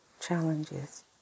challenges